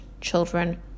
children